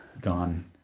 Gone